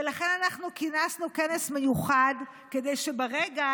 ולכן אנחנו כינסנו כנס מיוחד כדי שברגע